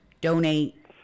donate